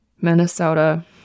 Minnesota